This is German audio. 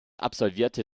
absolvierte